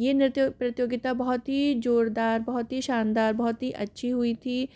ये नृत्य प्रतियोगिता बहुत ही जोरदार बहुत ही शानदार बहुत ही अच्छी हुई थी